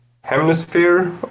hemisphere